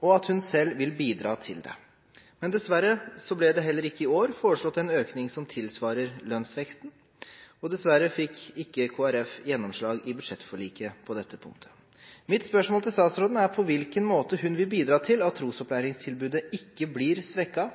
og at hun selv vil bidra til det. Men dessverre ble det heller ikke i år foreslått en økning som tilsvarer lønnsveksten, og dessverre fikk ikke Kristelig Folkeparti gjennomslag i budsjettforliket på dette punktet. Mitt spørsmål til statsråden er: På hvilken måte vil statsråden bidra til at trosopplæringstilbudet ikke blir svekket,